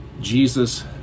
Jesus